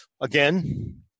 again